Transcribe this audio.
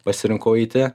pasirinkau eiti